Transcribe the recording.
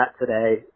today